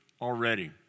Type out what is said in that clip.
already